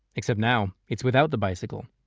except now it's without the bicycle.